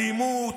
אלימות,